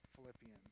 Philippians